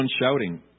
shouting